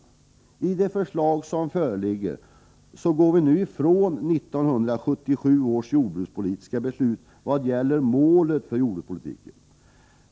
Beträffande det förslag som nu föreligger går vi ifrån 1977 års jordbrukspolitiska beslut i vad gäller målet för jordbrukspolitiken.